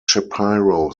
shapiro